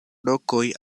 rokoj